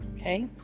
okay